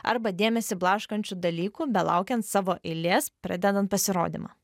arba dėmesį blaškančių dalykų belaukiant savo eilės pradedant pasirodymą